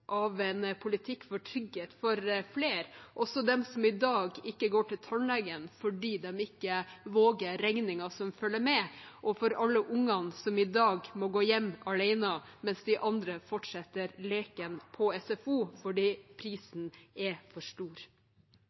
av en politikk for trygghet for flere, også for dem som i dag ikke går til tannlegen fordi de ikke våger regningen som følger med, og for alle ungene som i dag må gå hjem alene mens de andre fortsetter leken på SFO, fordi prisen er for